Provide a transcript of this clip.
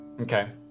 Okay